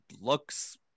looks